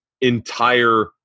entire